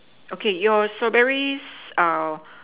okay your strawberries are